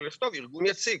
אלא לכתוב ארגון יציג.